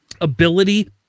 ability